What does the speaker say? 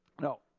no